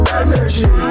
energy